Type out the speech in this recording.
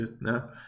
now